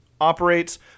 Operates